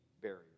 barrier